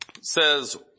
says